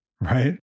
Right